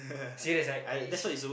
serious like like is